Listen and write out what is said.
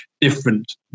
different